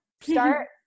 start